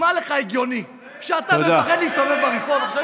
נשמע לך הגיוני שאתה מפחד להסתובב ברחוב?